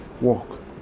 walk